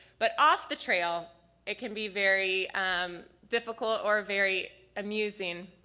but off the trail it can be very um difficult or very amusing.